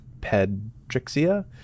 Pedrixia